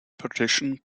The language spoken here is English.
partition